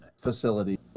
facility